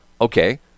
Okay